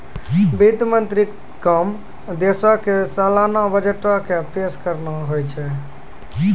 वित्त मंत्री के काम देशो के सलाना बजटो के पेश करनाय होय छै